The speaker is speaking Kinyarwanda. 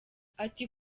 ati